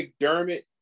McDermott